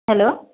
hello